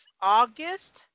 August